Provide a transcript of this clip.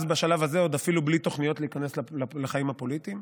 אז בשלב הזה עוד אפילו בלי תוכניות להיכנס לחיים הפוליטיים.